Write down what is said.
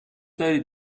دارید